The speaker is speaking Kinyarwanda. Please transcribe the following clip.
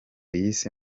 yise